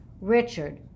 Richard